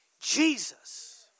Jesus